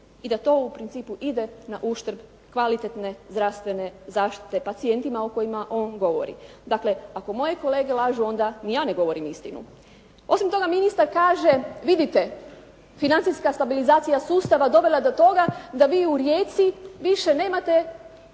i da to u principu ide na uštrb kvalitetne zdravstvene zaštite pacijentima o kojima on govori. Dakle, ako moje kolege lažu, onda ni ja ne govorim istinu. Osim toga ministar kaže, vidite financijska stabilizacija sustava dovela je do toga da vi u Rijeci više nemate